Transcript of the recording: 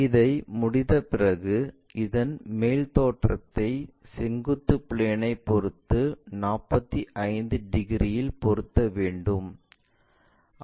இதை முடித்த பிறகு இதன் மேல் தோற்றத்தை செங்குத்து பிளேன் ஐ பொருத்து 45 டிகிரியில் பொருத்த வேண்டும்